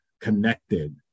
connected